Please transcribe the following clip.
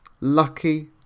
lucky